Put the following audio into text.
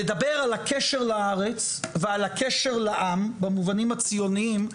לדבר על הקשר לארץ ועל הקשר לעם במובנים הציוניים,